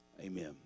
amen